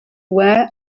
rare